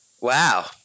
Wow